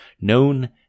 known